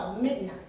midnight